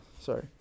Sorry